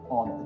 on